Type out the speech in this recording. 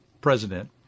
president